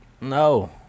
No